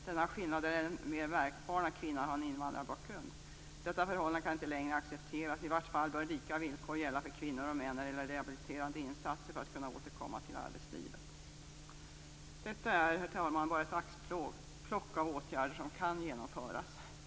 Denna skillnad är än mer märkbar när kvinnan har en invandrarbakgrund. Detta förhållande kan inte längre accepteras. I vart fall bör lika villkor gälla för kvinnor och män när det gäller rehabiliterande insatser för att kunna återkomma till arbetslivet. Detta är, herr talman, bara ett axplock av åtgärder som kan genomföras.